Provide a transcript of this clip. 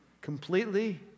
completely